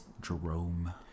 Jerome